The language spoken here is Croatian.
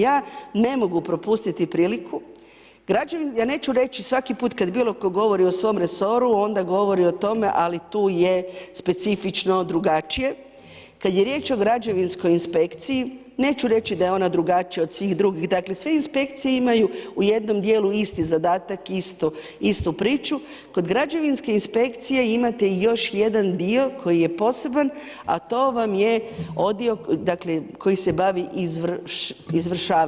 Ja ne mogu propustiti priliku, ja neću reći svaki put kad bilo tko govori o svom resoru, onda govori o tome ali tu je specifično drugačije, kad je riječ i građevinskoj inspekciji, neću reći da je ona drugačija od svih drugih, dakle sve inspekcije imaju u jednom djelu isti zadatak i istu priču, kod građevinske inspekcije imate još jedan dio koji je poseban a to vam je odio, dakle koji se bavi izvršavanjem.